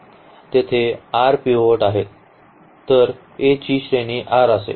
तेथे r pivot आहेत तर a ची श्रेणी r असेल